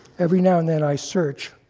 every now and then, i search